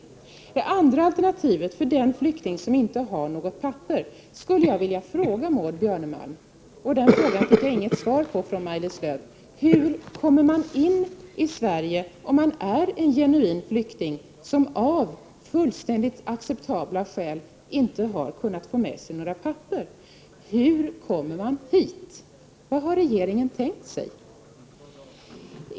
I fråga om det andra alternativet, för den flykting som inte har några papper, skulle jag vilja fråga Maud Björnemalm — den frågan fick jag inget svar på av Maj-Lis Lööw: Hur kommer man in i Sverige, om man är en genuin flykting som av fullständigt acceptabla skäl inte har kunnat få med sig några papper? Vad har regeringen tänkt sig?